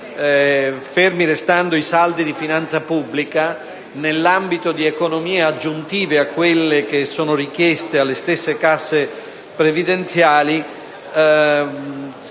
Fermi restando i saldi di finanza pubblica, nell’ambito di economie aggiuntive a quelle che sono richieste alle stesse casse previdenziali,